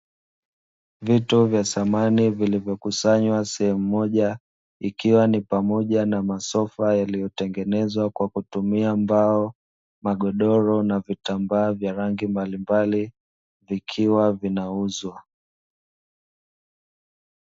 Vitu vya samani vilivyokusanywa sehemu moja, ikiwa ni pamoja na masofa yaliyotengenezwa kwa kutumia mbao, magodoro na vitambaa vya rangi mbalimbali, vikiwa vinauzwa.